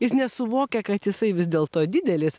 jis nesuvokia kad jisai vis dėlto didelis